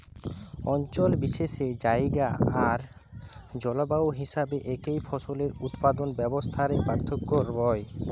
অঞ্চল বিশেষে জায়গা আর জলবায়ু হিসাবে একই ফসলের উৎপাদন ব্যবস্থা রে পার্থক্য রয়